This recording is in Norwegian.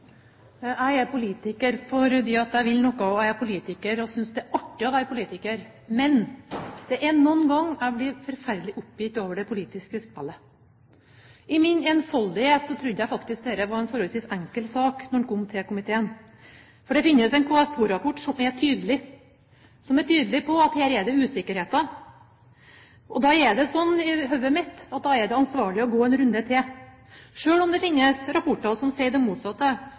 politiker fordi jeg vil noe, jeg er politiker og synes det er artig å være politiker. Men det er noen ganger jeg blir forferdelig oppgitt over det politiske spillet. I min enfoldighet trodde jeg faktisk dette var en forholdsvis enkel sak da den kom til komiteen. For det finnes en KS2-rapport som er tydelig på at her er det usikkerheter. Da er det sånn i hodet mitt at det er ansvarlig å gå en runde til, selv om det finnes rapporter som sier det motsatte,